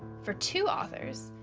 for two authors,